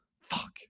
Fuck